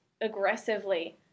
aggressively